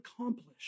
accomplished